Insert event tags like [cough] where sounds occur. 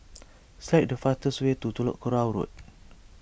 [noise] select the fastest way to Telok Kurau Road [noise]